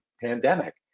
pandemic